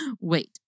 wait